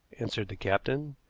answered the captain,